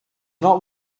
not